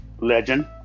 legend